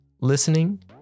listening